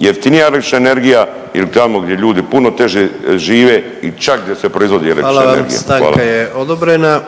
jeftinija električna energija ili tamo gdje ljudi puno teže žive i čak gdje se proizvodi električna energija? Hvala. **Jandroković, Gordan (HDZ)** Hvala vam. Stanka je odobrena,